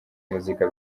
muzika